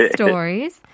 stories